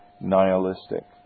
nihilistic